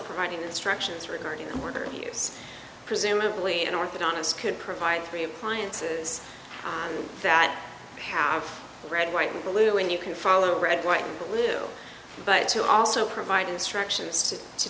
providing instructions regarding the order of use presumably an orthodontist could provide three appliances that have red white and blue and you can follow red white and blue but to also provide instructions to